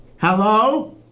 Hello